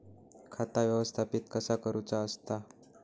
खाता व्यवस्थापित कसा करुचा असता?